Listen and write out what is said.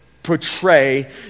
portray